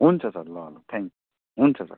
हुन्छ सर ल ल थ्याङ्क यु हुन्छ सर